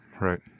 Right